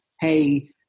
Hey